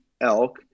elk